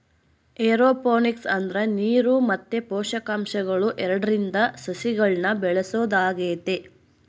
aeroponics ಅಂದ್ರ ನೀರು ಮತ್ತೆ ಪೋಷಕಾಂಶಗಳು ಎರಡ್ರಿಂದ ಸಸಿಗಳ್ನ ಬೆಳೆಸೊದಾಗೆತೆ